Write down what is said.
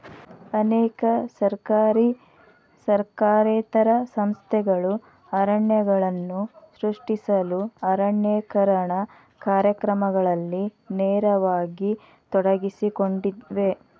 ಅನೇಕ ಸರ್ಕಾರಿ ಸರ್ಕಾರೇತರ ಸಂಸ್ಥೆಗಳು ಅರಣ್ಯಗಳನ್ನು ಸೃಷ್ಟಿಸಲು ಅರಣ್ಯೇಕರಣ ಕಾರ್ಯಕ್ರಮಗಳಲ್ಲಿ ನೇರವಾಗಿ ತೊಡಗಿಸಿಕೊಂಡಿವೆ